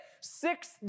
six